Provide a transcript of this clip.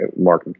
Mark